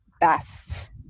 best